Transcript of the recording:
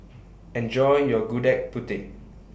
Enjoy your Gudeg Putih